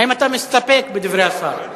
האם אתה מסתפק בדברי השר?